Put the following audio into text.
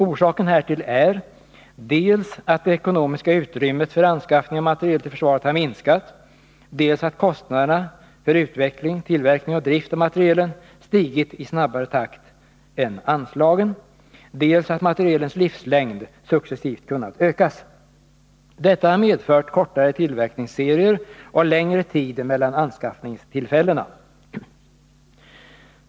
Orsaken härtill är dels att det ekonomiska utrymmet för anskaffning av materiel till försvaret har minskat, dels att kostnaderna för utveckling, tillverkning och drift av materielen stigit i snabbare takt än anslagen, dels att materielens livslängd successivt kunnat ökas. Detta har medfört kortare tillverkningsserier och längre tid mellan anskaffningstillfällena.